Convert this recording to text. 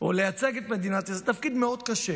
או לייצג את מדינת ישראל זה תפקיד מאוד קשה,